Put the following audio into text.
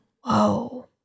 Whoa